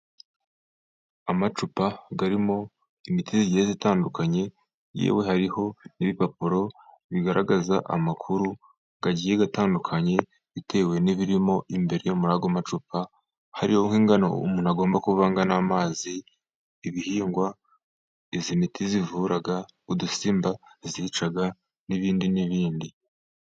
Amacupa arimo imiti igiye itandukanye yewe hariho n'ibipapuro bigaragaza amakuru agiye atandukanye, bitewe n'ibirimo imbere muri ayo macupa hariho nk' ingano umuntu agomba kuvanga n'amazi, ibihingwa, iyi miti ivura udusimba yica n'ibindi n'ibindi.